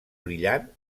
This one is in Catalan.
brillant